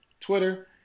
Twitter